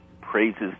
praises